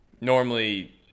Normally